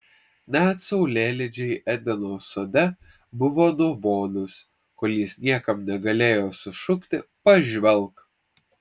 net saulėlydžiai edeno sode buvo nuobodūs kol jis niekam negalėjo sušukti pažvelk